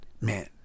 Man